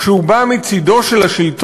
כשהוא בא מצדו של השלטון,